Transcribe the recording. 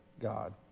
God